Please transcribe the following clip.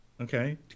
Okay